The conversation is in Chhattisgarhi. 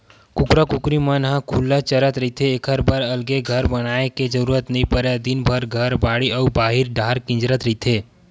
कुकरा कुकरी मन ह खुल्ला चरत रहिथे एखर बर अलगे घर बनाए के जरूरत नइ परय दिनभर घर, बाड़ी अउ बाहिर डाहर किंजरत रहिथे